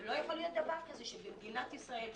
לא יכול להיות דבר כזה במדינת ישראל,